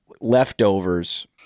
leftovers